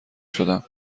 شدم